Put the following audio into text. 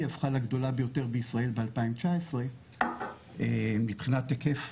הפכה לגדולה בישראל ב- 2019 מבחינת היקף